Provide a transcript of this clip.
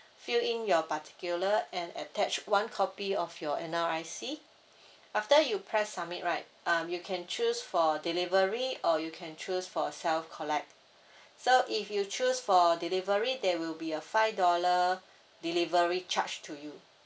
fill in your particular and attach one copy of your N_R_I_C after you press submit right um you can choose for delivery or you can choose for self collect so if you choose for delivery there will be a five dollar delivery charge to you